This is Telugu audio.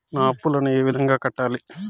నా అప్పులను ఏ విధంగా కట్టాలి?